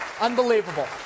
Unbelievable